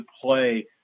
play